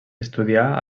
estudià